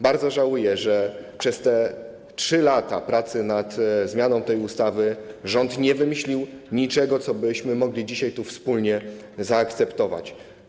Bardzo żałuję, że przez te 3 lata pracy nad zmianą tej ustawy rząd nie wymyślił niczego, co moglibyśmy tu wspólnie zaakceptować.